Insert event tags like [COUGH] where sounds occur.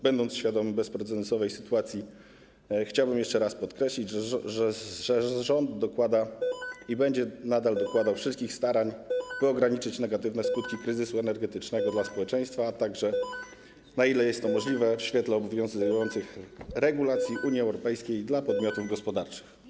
Będąc świadomym bezprecedensowej sytuacji, chciałbym jeszcze raz podkreślić, że rząd dokłada i będzie nadal dokładał wszelkich starań, [NOISE] by ograniczyć negatywne skutki kryzysu energetycznego dla społeczeństwa, a także, na ile jest to możliwe w świetle obowiązujących regulacji Unii Europejskiej, dla podmiotów gospodarczych.